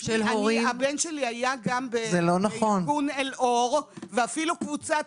הבן שלי היה בארגון אל אור ואפילו קבוצת